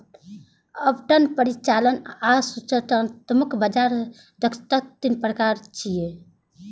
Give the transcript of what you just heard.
आवंटन, परिचालन आ सूचनात्मक बाजार दक्षताक तीन प्रकार छियै